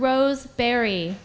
rose barry